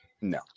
No